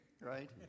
right